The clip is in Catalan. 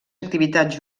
activitats